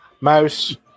Mouse